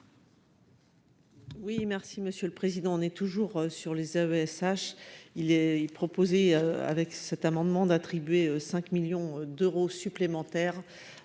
Oui, merci Monsieur le Président, on est toujours sur les AESH ASH il est-il proposé avec cet amendement, d'attribuer 5 millions d'euros supplémentaires